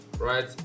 right